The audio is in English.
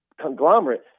conglomerate